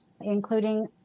including